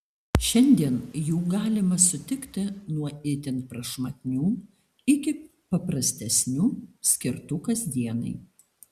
šiandien jų galima sutikti nuo itin prašmatnių iki paprastesnių skirtų kasdienai